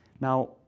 Now